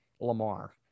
Lamar